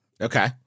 Okay